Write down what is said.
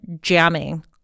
jamming